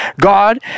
God